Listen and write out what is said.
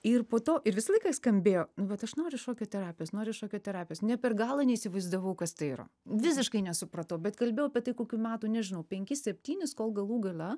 ir po to ir visą laiką skambėjo nu vat aš noriu šokio terapijos noriu šokio terapijos ne per galą neįsivaizdavau kas tai yra visiškai nesupratau bet kalbėjau apie tai kokių metų nežinau penkis septynis kol galų gale